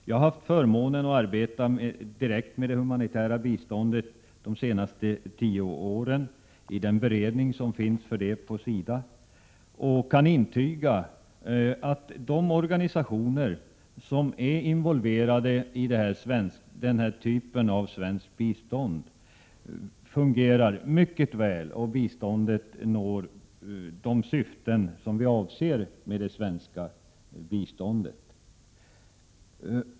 Jag har haft förmånen att direkt arbeta med det humanitära biståndet de senaste tio åren i beredningen för det ändamålet på SIDA. Jag kan intyga att de organisationer som är involverade i detta slag av svenskt bistånd fungerar mycket väl. Biståndet fyller de avsedda syftena.